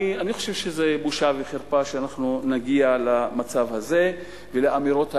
אני חושב שבושה וחרפה שאנחנו נגיע למצב הזה ולאמירות האלה.